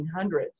1800s